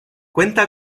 cuenta